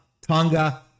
Tonga